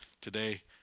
Today